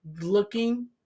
looking